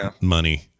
money